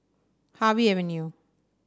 Harvey Avenue